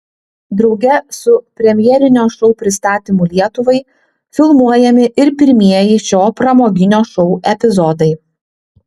drauge su premjerinio šou pristatymu lietuvai filmuojami ir pirmieji šio pramoginio šou epizodai